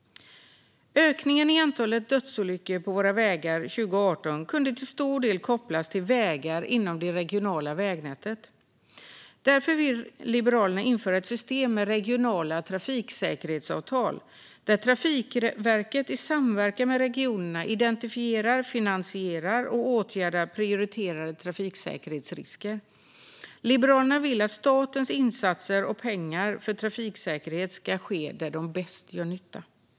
Ökningen av antalet dödsolyckor på våra vägar 2018 kunde till stor del kopplas till vägar inom det regionala vägnätet. Därför vill Liberalerna införa ett system med regionala trafiksäkerhetsavtal, där Trafikverket i samverkan med regionerna identifierar, finansierar och åtgärdar prioriterade trafiksäkerhetsrisker. Liberalerna vill att statens insatser och pengar för trafiksäkerhet ska sättas in där de bäst gör nytta.